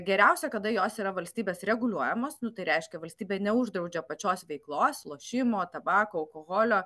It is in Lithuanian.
geriausia kada jos yra valstybės reguliuojamos nu tai reiškia valstybė neuždraudžia pačios veiklos lošimo tabako alkoholio